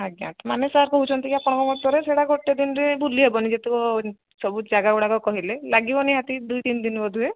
ଆଜ୍ଞା ମାନେ ସାର୍ କହୁଛନ୍ତି କି ଆପଣଙ୍କ ମତରେ ସେଇଟା ଗୋଟେ ଦିନରେ ବୁଲି ହେବନି ଯେତେକ ସବୁ ଜାଗା ଗୁଡ଼ାକ କହିଲେ ଲାଗିବ ନିହାତି ଦୁଇ ତିନିି ବୋଧ ହୁଏ